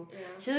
ya